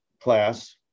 class